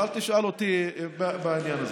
אז אל תשאל אותי בעניין הזה.